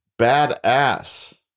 badass